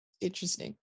interesting